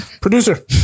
producer